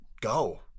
go